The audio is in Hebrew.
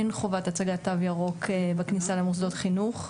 אין חובת הצגת תו ירוק בכניסה למוסדות חינוך,